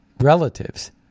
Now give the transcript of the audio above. relatives